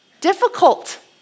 difficult